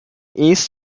east